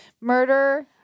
murder